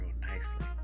nicely